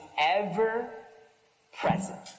ever-present